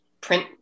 print